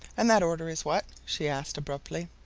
and that order is what? she asked abruptly.